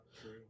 true